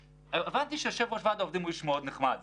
חמישי אבל יש לי אותן פה ואתם תקבלו אותן.